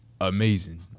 amazing